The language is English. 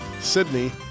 Sydney